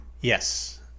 Yes